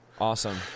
awesome